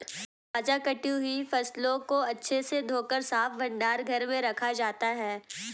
ताजा कटी हुई फसलों को अच्छे से धोकर साफ भंडार घर में रखा जाता है